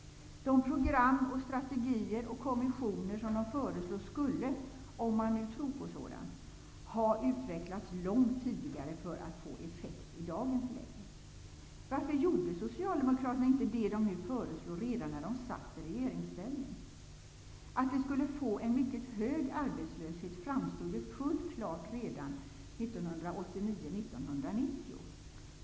De program och strategier och kommissioner som de föreslår borde - om man nu tror på sådant - ha utvecklats långt tidigare för att få effekt i dagens läge. Varför gjorde Socialdemokraterna inte det de nu föreslår redan när de satt i regeringsställning? Att vi skulle få en mycket hög arbetslöshet framstod ju fullt klart redan 1989-1990.